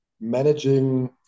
managing